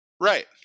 Right